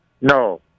no